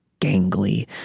gangly